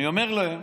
אני אומר להם: